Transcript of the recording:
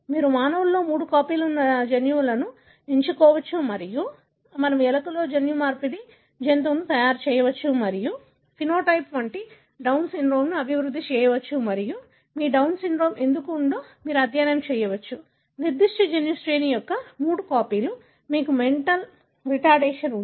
మీరు మానవులలో మూడు కాపీలు ఉన్న జన్యువులను ఎంచుకోవచ్చు మరియు మనము ఎలుకలో జన్యుమార్పిడి జంతువును తయారు చేయవచ్చు మరియు ఫినోటైప్ వంటి డౌన్ సిండ్రోమ్ను అభివృద్ధి చేయవచ్చు మరియు మీ డౌన్ సిండ్రోమ్ ఎందుకు ఉందో మీరు అధ్యయనం చేయవచ్చు నిర్దిష్ట జన్యు శ్రేణి యొక్క మూడు కాపీలు మీకు మెంటల్ రిటార్డేషన్ ఉంది